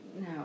No